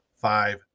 five